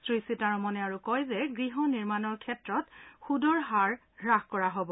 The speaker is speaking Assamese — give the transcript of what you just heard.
শ্ৰী সীতাৰমণে আৰু কয় যে গৃহ নিৰ্মাণৰ ক্ষেত্ৰত থকা সুতৰ হাৰ হাস কৰা হ'ব